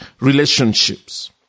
relationships